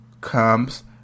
comes